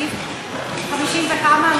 סעיף 50 וכמה,